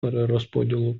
перерозподілу